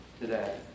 today